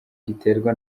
riterwa